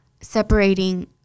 separating